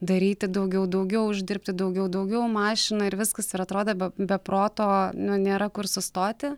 daryti daugiau daugiau uždirbti daugiau daugiau mašina ir viskas ir atrodo be be proto nu nėra kur sustoti